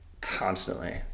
constantly